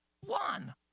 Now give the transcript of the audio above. One